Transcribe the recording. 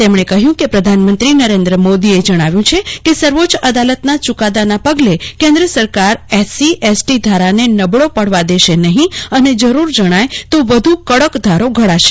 તેમણે કહ્યું કે પ્રધાનમંત્રી નરેન્દ્ર મોદીએ જણાવ્યું છે કે સર્વોચ્ચ અદાલતના ચુકાદાના પગલે કેન્દ્ર સરકાર એસસી એસટી ધારાને નબળો પડવા દેશે નહિં અને જરૂર જણાય તો વધુ કડક ધારો ઘડશે